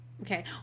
okay